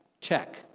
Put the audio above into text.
check